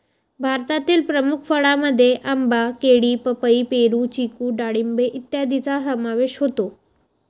भारतातील प्रमुख फळांमध्ये आंबा, केळी, पपई, पेरू, चिकू डाळिंब इत्यादींचा समावेश होतो